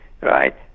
right